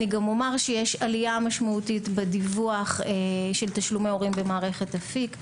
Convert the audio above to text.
גם אומר שיש עלייה משמעותי בדיווח של תשלומי הורים במערכת אפיק.